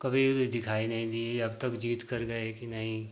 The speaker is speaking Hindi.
कभी उधर दिखाई नहीं दिए अब तक जीत कर गए कि नहीं